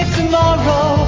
tomorrow